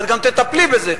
את גם תטפלי בזה.